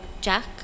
Jack